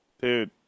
Dude